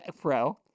pro